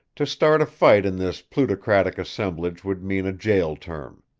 to start a fight in this plutocratic assemblage would mean a jail term.